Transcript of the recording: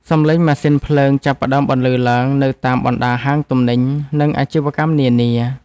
សំឡេងម៉ាស៊ីនភ្លើងចាប់ផ្តើមបន្លឺឡើងនៅតាមបណ្តាហាងទំនិញ និងអាជីវកម្មនានា។